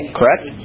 Correct